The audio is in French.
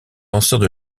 lanceurs